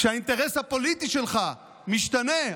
כשהאינטרס הפוליטי שלך משתנה,